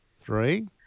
Three